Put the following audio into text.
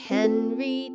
Henry